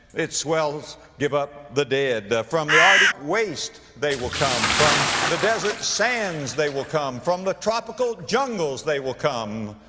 its swells give up the dead. from the arctic waste they will come, from the desert sands they will come, from the tropical jungles they will come.